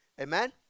Amen